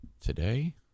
Today